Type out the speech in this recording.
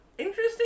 Interesting